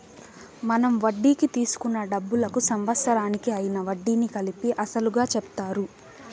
మనం వడ్డీకి తీసుకున్న డబ్బులకు సంవత్సరానికి అయ్యిన వడ్డీని కలిపి అసలుగా చెప్తారు